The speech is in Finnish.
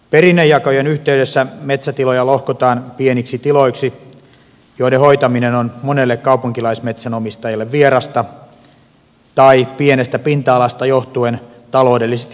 perinnönjakojen yhteydessä metsätiloja lohkotaan pieniksi tiloiksi joiden hoitaminen on monelle kaupunkilaismetsänomistajalle vierasta tai pienestä pinta alasta johtuen taloudellisesti kannattamatonta